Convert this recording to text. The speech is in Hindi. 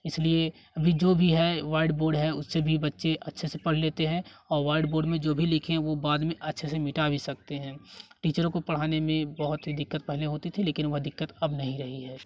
इसलिए अभी जो भी है वाइट बोर्ड है उससे भी बच्चे अच्छे से पढ़ लेते हैं और वाइट बोर्ड में जो भी लिखे हैं वो बाद अच्छे से मिटा भी सकते हैं टीचरों को पढ़ाने में बहुत ही दिक्कत पहले होती थी लेकिन वह दिक्कत अब नहीं रही है